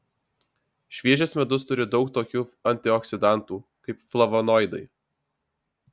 šviežias medus turi daug tokių antioksidantų kaip flavonoidai